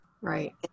right